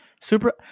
super